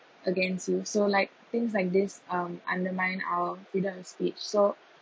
against you so like things like this um undermine our freedom of speech so